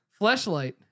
Fleshlight